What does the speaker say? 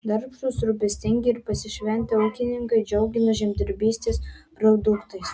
darbštūs rūpestingi ir pasišventę ūkininkai džiugino žemdirbystės produktais